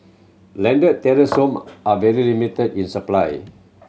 landed terrace home are very limited in supply